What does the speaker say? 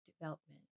Development